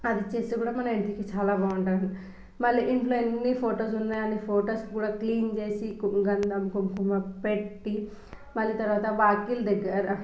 అది ఇస్తే కూడా మన ఇంటికి చాలా బాగుంటుంది అంట మళ్ళీ ఇంట్లో ఎన్ని ఫోటోస్ ఉన్నాయో అన్నీ ఫోటోస్ కూడా క్లీన్ చేసి గంధం కుంకుమ పెట్టి మళ్ళీ తర్వాత వాకిలి దగ్గర